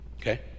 Okay